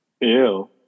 Ew